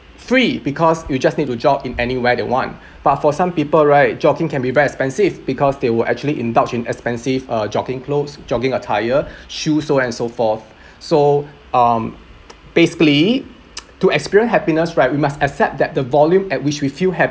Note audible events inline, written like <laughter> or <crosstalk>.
free because you just need to jog in anywhere they want <breath> but for some people right jogging can be very expensive because they will actually indulge in expensive uh jogging clothes jogging attire <breath> shoes so and so forth <breath> so um basically <noise> to experience happiness right we must accept that the volume at which we feel hap~